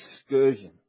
excursion